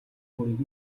мөрийг